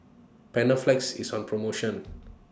Panaflex IS on promotion